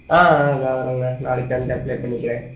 ஆ ஆ நான் வரேங்க நாளைக்கு வந்து அப்ளை பண்ணிக்கிறேன்